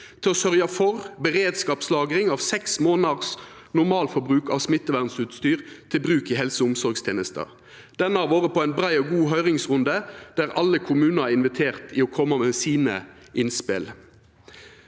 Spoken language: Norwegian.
til å sørgja for beredskapslagring av seks månaders normalforbruk av smittevernutstyr til bruk i helse- og omsorgstenesta. Dette har vore på ein brei og god høyringsrunde, der alle kommunar var inviterte til å koma med sine innspel.